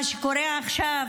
מה שקורה עכשיו,